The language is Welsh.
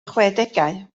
chwedegau